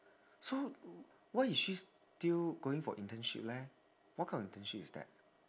so why is she still going for internship leh what kind of internship is that